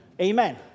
Amen